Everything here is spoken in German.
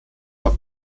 auf